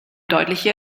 deutliche